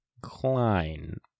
Klein